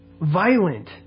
violent